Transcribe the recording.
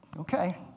okay